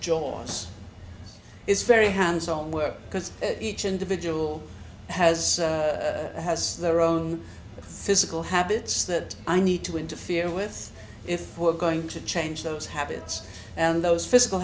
jaws is very hands on work because each individual has has their own physical habits that i need to interfere with if we're going to change those habits and those physical